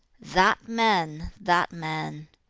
that man! that man